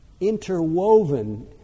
interwoven